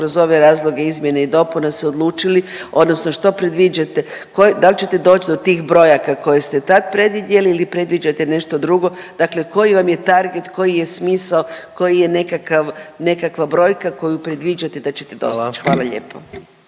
kroz ove razloge izmjene i dopuna se odlučili odnosno što predviđate, koje, da li ćete doć do tih brojaka koje ste tad predvidjeli ili predviđate nešto drugo. Dakle koji vam je target, koji je smisao, koji je nekakav, nekakva brojka koju predviđate da ćete dostić. Hvala lijepo.